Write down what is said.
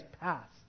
passed